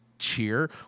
cheer